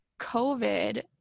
covid